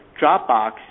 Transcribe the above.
Dropbox